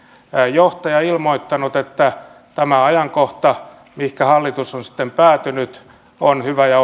johtaja ilmoittanut että tämä ajankohta mihin hallitus on sitten päätynyt on hyvä ja